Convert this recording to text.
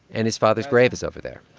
and his father's grave is over there.